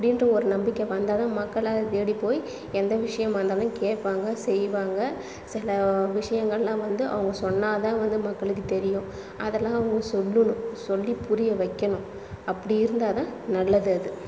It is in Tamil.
அப்படின்ற ஒரு நம்பிக்கை வந்தாலும் மக்களாக அதை தேடி போய் எந்த விஷயமாகருந்தாலும் கேட்பாங்க செய்வாங்க சில விஷயங்கள்லாம் வந்து அவங்க சொன்னால் தான் வந்து மக்களுக்கு தெரியும் அதெல்லாம் அவங்க சொல்லணும் சொல்லிப் புரிய வைக்கணும் அப்படி இருந்தால் தான் நல்லது அது